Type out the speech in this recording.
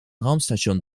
raumstation